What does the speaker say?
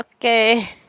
Okay